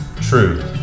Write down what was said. True